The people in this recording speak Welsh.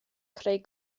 creu